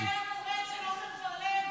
אם זה היה קורה אצל עמר בר לב,